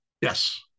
Yes